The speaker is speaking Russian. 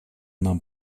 нам